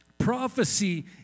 prophecy